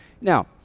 Now